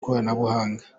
ikoranabuhanga